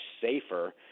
safer